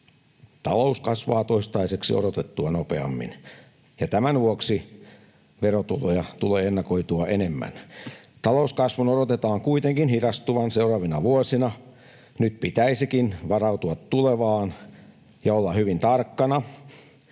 Talous kasvaa toistaiseksi odotettua nopeammin, ja tämän vuoksi verotuloja tulee ennakoitua enemmän. Talouskasvun odotetaan kuitenkin hidastuvan seuraavina vuosina. Nyt pitäisikin varautua tulevaan ja olla hyvin tarkkana